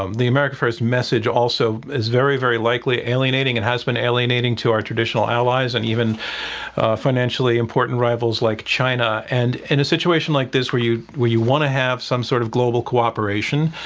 um the america first message also is very, very likely alienating and has been alienating to our traditional allies and even financially important rivals like china. and in a situation like this where you where you want to have some sort of global cooperation,